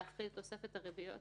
להפחית את תוספת הריביות